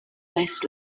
less